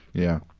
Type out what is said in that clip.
yeah.